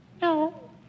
No